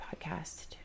podcast